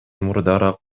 мурдараак